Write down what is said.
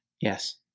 Yes